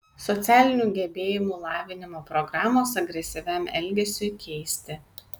socialinių gebėjimų lavinimo programos agresyviam elgesiui keisti